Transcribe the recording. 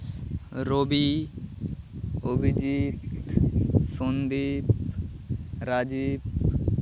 Robi Abhijit Sandip Rajib Uttam